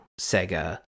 Sega